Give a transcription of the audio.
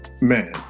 man